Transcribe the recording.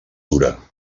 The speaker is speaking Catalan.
dura